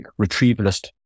retrievalist